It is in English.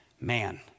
man